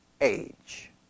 age